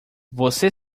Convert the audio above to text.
você